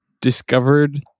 discovered